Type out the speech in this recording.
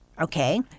Okay